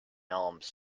alms